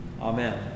Amen